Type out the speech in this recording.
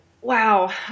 wow